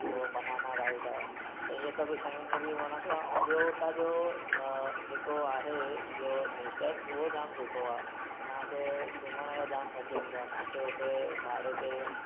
पोइ banana ride आहे त इअं सभु शयुनि में बि वणंदो आहे ऐं ॿियो हुतां जो जेको आहे इहो नेचर उहो जाम सुठो आहे त तव्हांखे घुमण जो जाम मजो ईंदो आहे तव्हांखे उते भाड़े ते